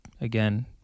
again